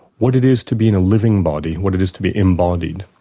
what it is to be in a living body, what it is to be embodied,